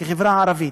בחברה הערבית,